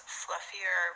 fluffier